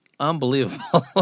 Unbelievable